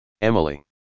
Emily